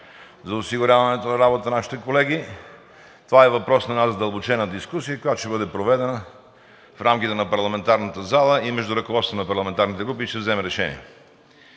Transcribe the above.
за осигуряването на работата на нашите колеги. Това е въпрос на една задълбочена дискусия, която ще бъде проведена в рамките на парламентарната зала и между ръководството на парламентарните групи и ще се вземе решение.